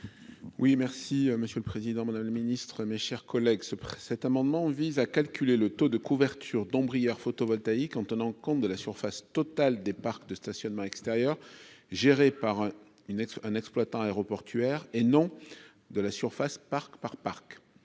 Oui, merci Monsieur le Président, Madame la Ministre, mes chers collègues se prêt cet amendement vise à calculer le taux de couverture d'dont Brière photovoltaïque en tenant compte de la surface totale des parcs de stationnement extérieur géré par une un exploitant aéroportuaire, et non de la surface parc par Park,